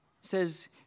says